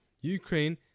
Ukraine